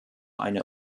eine